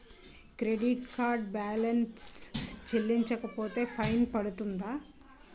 Credit card balance చెల్లించకపోతే fine పడ్తుంద?